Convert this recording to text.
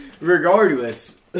regardless